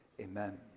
Amen